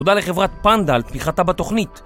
תודה לחברת פנדה על תמיכתה בתוכנית